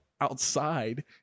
outside